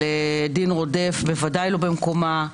על דין רודף, בוודאי לא במקומה,